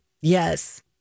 Yes